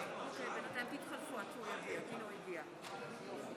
הגדרת הפליה על רקע נטייה מינית או זהות מגדר),